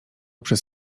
przez